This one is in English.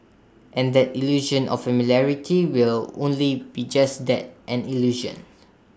and that illusion of familiarity will only be just that an illusion